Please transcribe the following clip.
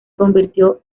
convirtió